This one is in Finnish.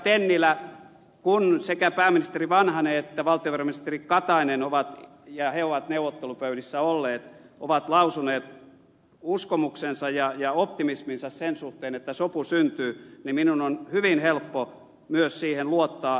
tennilä kun sekä pääministeri vanhanen että valtiovarainministeri katainen ja he ovat neuvottelupöydissä olleet ovat lausuneet uskomuksensa ja optimisminsa sen suhteen että sopu syntyy niin minun on hyvin helppo myös siihen luottaa